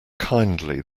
kindly